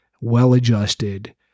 well-adjusted